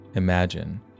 Imagine